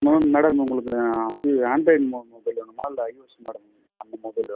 ma'am madam உங்களுக்கு இது Android mobile வேணுமா இல்லை ஐஓஎஸ் மாடல் அந்த மொபைல் வேணுமா